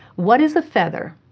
what is a feather?